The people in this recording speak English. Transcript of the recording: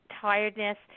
tiredness